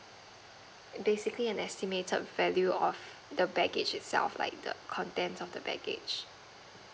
basically an estimated value of the baggage itself like the contains of the baggage